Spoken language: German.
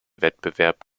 wettbewerb